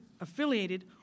affiliated